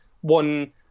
one